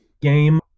game